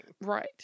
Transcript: Right